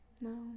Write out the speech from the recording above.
No